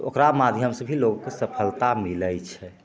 तऽ ओकरा माध्यमसे भी लोकके सफलता मिलै छै